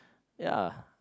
ya